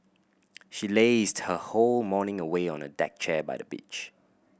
she lazed her whole morning away on a deck chair by the beach